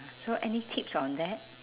so any tips on that